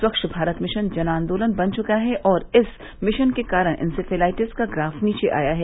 स्वच्छ भारत मिशन जनान्दोलन बन चुका है और इस मिशन के कारण इंसेफलाइटिस का ग्राफ नीचे आया है